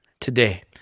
today